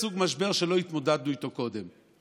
סוג משבר שלא התמודדנו איתו קודם.